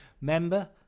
member